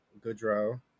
Goodrow